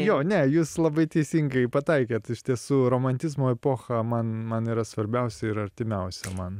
jo ne jūs labai teisingai pataikėt iš tiesų romantizmo epocha man man yra svarbiausia ir artimiausia man